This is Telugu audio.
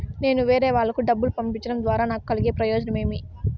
నేను వేరేవాళ్లకు డబ్బులు పంపించడం ద్వారా నాకు కలిగే ప్రయోజనం ఏమి?